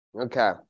Okay